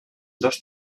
dos